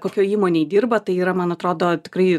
kokioj įmonėj dirba tai yra man atrodo tikrai